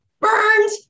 Burns